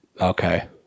Okay